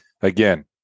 again